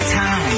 time